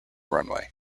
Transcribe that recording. runway